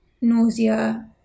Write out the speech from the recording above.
nausea